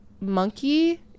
monkey